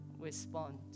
respond